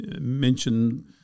mention